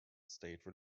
state